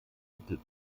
nickel